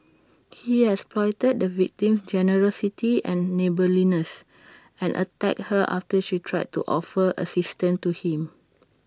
he exploited the victim's generosity and neighbourliness and attacked her after she tried to offer assistance to him